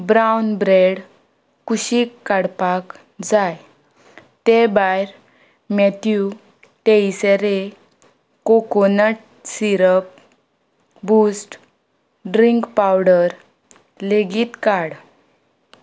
brown bread कुशीक काडपाक जाय ते भायर मॅथ्यू टेसेरे coconut syrup boost drink powder लेगीत काड